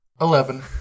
Eleven